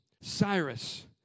Cyrus